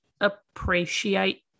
appreciate